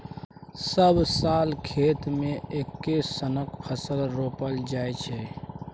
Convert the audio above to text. सब साल खेत मे एक्के सनक फसल रोपल जाइ छै